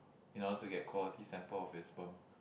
in order to get quality sample of his sperm